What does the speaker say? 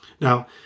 Now